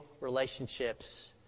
relationships